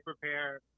prepare